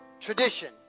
tradition